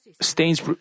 stains